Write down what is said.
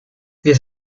diez